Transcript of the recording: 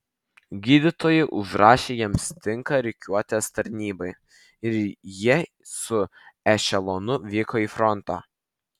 gydytojai užrašė jiems tinka rikiuotės tarnybai ir jie su ešelonu vyko į frontą